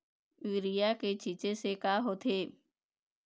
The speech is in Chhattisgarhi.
यूरिया के छींचे से का होथे?